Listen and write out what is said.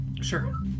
Sure